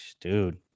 dude